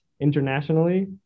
internationally